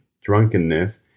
drunkenness